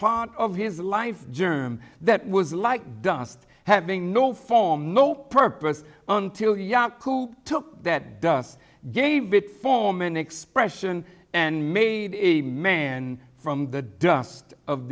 part of his life germ that was like dust having no form no purpose until yaku took that dust gave it form an expression and made a man from the dust of